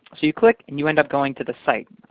so you click, and you end up going to the site.